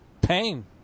pain